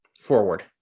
forward